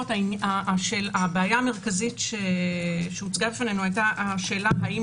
הבעיה המרכזית שהוצגה בפנינו היתה השאלה האם